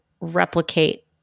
replicate